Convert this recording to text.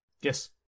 Yes